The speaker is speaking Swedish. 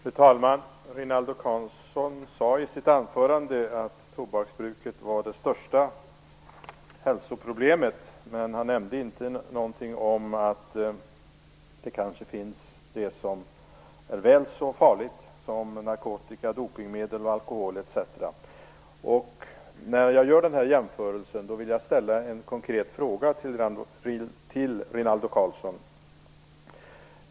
Fru talman! Rinaldo Karlsson sade i sitt anförande att tobaksbruket var det största hälsoproblemet, men han nämnde inte någonting om att det finns det som kanske är väl så farligt, t.ex. narkotika, dopningsmedel, alkohol, etc. I samband med den jämförelsen vill jag ställa en konkret fråga till Rinaldo Karlsson.